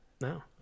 No